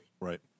right